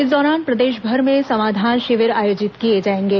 इस दौरान प्रदेशभर में समाधान शिविर आयोजित किए जाएंगे